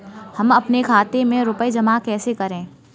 हम अपने खाते में रुपए जमा कैसे करें?